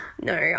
no